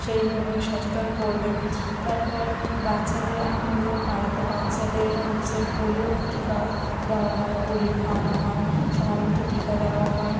সেইভাবে সচেতন করবেন তারপর বাচ্চাদের আমাদের পাড়াতে বাচ্চাদের হচ্ছে পোলিও টিকা দেওয়া হয় পোলিও খাওয়ানো হয় সময় মতো টিকা দেওয়া হয়